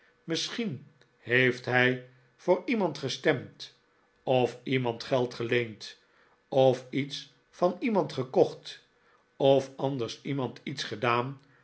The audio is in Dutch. misschien heeft hij voor iemand gestemd of iemand geld geleend of iets van iemand gekocht of anders iemand iets gedaan